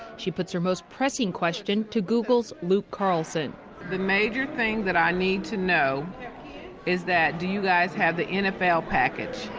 she puts her most pressing question to google's luke carlson the major thing that i need to know is do you guys have the nfl package?